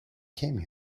came